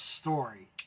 story